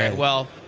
and well,